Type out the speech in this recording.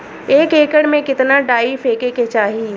एक एकड़ में कितना डाई फेके के चाही?